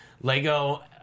Lego